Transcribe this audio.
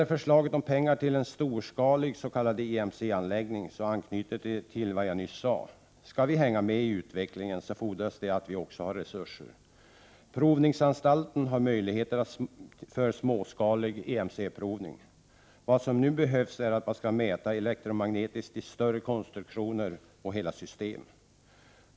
Förslaget om pengar till en storskalig s.k. EMC-anläggning anknyter till vad jag nyss sade. Skall vi hänga med i utvecklingen, fordras det att vi har resurser. Provningsanstalten har möjligheter när det gäller småskalig EMC provning. Vad som nu behövs är att man kan mäta elektromagnetiskt i större konstruktioner och hela system.